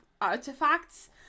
artifacts